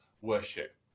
worship